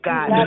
God